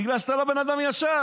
בגלל שאתה לא בן אדם ישר.